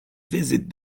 visit